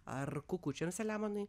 ar kukučiams selemonai